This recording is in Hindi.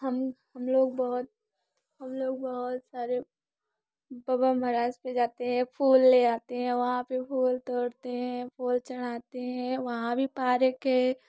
हम लोग बहुत हम लोग बहुत सारे बाबा महराज पे जाते हैं फूल ले आते हैं वहाँ पे फूल तोड़ते हैं फूल चढ़ाते हैं वहाँ भी पारक है